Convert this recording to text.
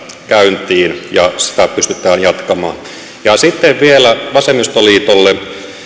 käyntiin ja sitä pystytään jatkamaan sitten vielä vasemmistoliitolle